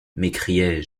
m’écriai